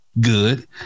good